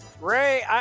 Ray